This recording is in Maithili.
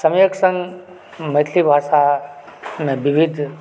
समयक संग मैथिली भाषामे विविध